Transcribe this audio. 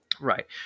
Right